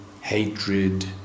hatred